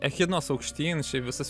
echidnos aukštyn visas